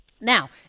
Now